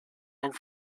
and